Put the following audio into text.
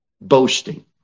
boasting